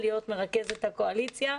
להיות מרכזת הקואליציה.